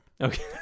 Okay